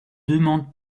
demande